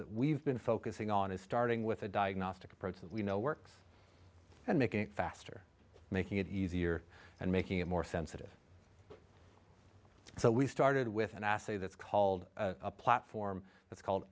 that we've been focusing on is starting with a diagnostic approach that we know works and making it faster making it easier and making it more sensitive so we started with an assay that's called a platform that's called